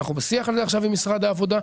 אנחנו בשיח על זה עכשיו עם משרד העבודה.